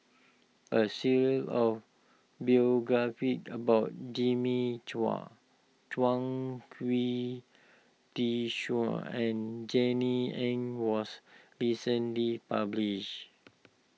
a series of biographies about Jimmy Chua Chuang Hui Tsuan and Jenny Ang was recently published